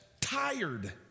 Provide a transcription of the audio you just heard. tired